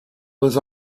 was